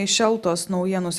iš eltos naujienos